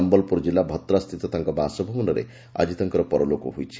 ସମ୍ୟଲପ୍ରର ଜିଲ୍ବ ଭତ୍ରାସ୍ସିତ ତାଙ୍କ ବାସଭବନରେ ଆଜି ତାଙ୍କର ପରଲୋକ ହୋଇଛି